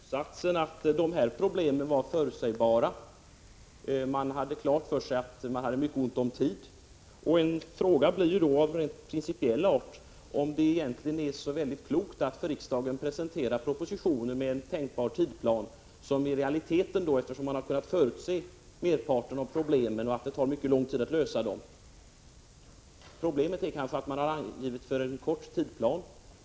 Herr talman! Av svaret kan jag dra slutsatsen att dessa problem var förutsägbara. Man hade klart för sig att det var mycket ont om tid. En fråga av principiell art blir då: Är det egentligen så klokt att man för riksdagen presenterar propositioner med en tänkbar tidsplan, som i realiteten, eftersom man har kunnat förutse merparten av problemen och förutse att det tar mycket lång tid att lösa dem, inte hålls? Problemet är kanske att man har angivit en för snäv tidsplan.